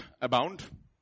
abound